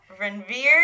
Ranveer